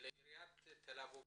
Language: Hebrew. ועירית תל אביב